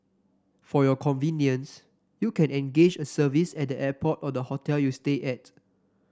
for your convenience you can engage a service at the airport or the hotel you stay at